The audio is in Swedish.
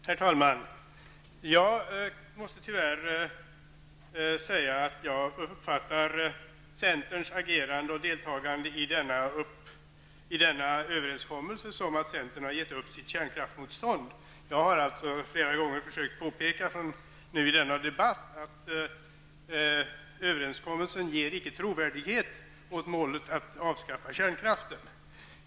Herr talman! Jag måste tyvärr säga att jag uppfattar centerns agerande och deltagande i denna överenskommelse som att centern har gett upp sitt kärnkraftsmotstånd. Jag har flera gånger i denna debatt försökt påpeka att överenskommelsen icke ger trovärdighet åt målet att avskaffa kärnkraften.